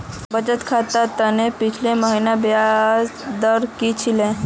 बचत खातर त न पिछला महिनार ब्याजेर दर की छिले